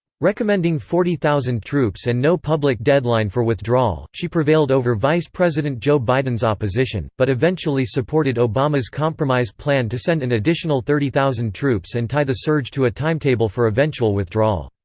recommending forty thousand troops and no public deadline for withdrawal she prevailed over vice president joe biden's opposition, but eventually supported obama's compromise plan to send an additional thirty thousand troops and tie the surge to a timetable for eventual withdrawal.